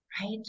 right